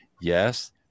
Yes